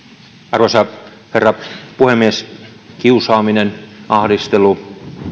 arvoisa herra puhemies kiusaaminen ahdistelu